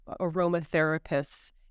aromatherapists